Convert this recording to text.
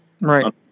Right